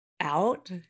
out